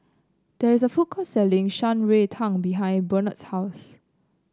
there is a food court selling Shan Rui Tang behind Burnett's house